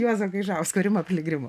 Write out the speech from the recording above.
juozo gaižausko rimo piligrimo